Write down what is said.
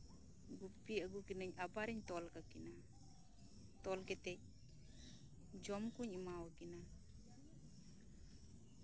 ᱜᱩᱯᱤ ᱟᱹᱜᱩ ᱠᱤᱱᱟᱹᱧ ᱟᱵᱟᱨᱤᱧ ᱛᱚᱞ ᱠᱟᱹᱠᱤᱱᱟ ᱛᱚᱞ ᱠᱟᱛᱮᱜ ᱡᱚᱢ ᱠᱚᱧ ᱮᱢᱟ ᱟᱠᱤᱱᱟ